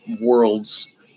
worlds